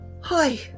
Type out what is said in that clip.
Hi